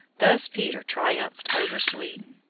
thus peter triumphed over sweden.